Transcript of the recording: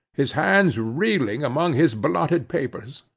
his hands reeling among his blotted papers.